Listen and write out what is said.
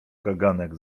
kaganek